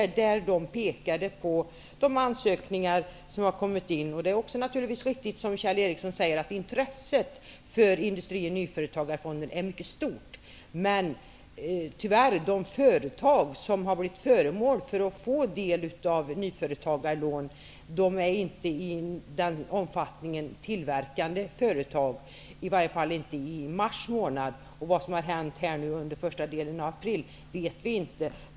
De pekade på de ansökningar som kommit in. Det är riktigt, som Kjell Ericsson säger, att intresset för Industri och nyföretagarfonden är mycket stort. Men, tyvärr, de företag som fått del av nyföretagarlån är inte i någon stor omfattning tillverkande företag. I varje fall var det så i mars månad -- vad som hänt under första delen av april vet vi inte.